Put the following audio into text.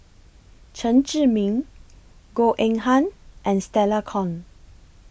Chen Zhiming Goh Eng Han and Stella Kon